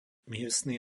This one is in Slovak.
miestny